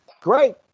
great